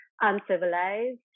uncivilized